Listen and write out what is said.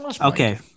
Okay